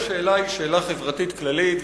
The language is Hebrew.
השאלה היא שאלה חברתית כללית,